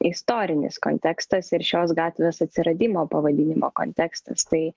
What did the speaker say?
istorinis kontekstas ir šios gatvės atsiradimo pavadinimo kontekstas tai